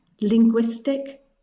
linguistic